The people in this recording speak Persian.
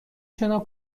شنا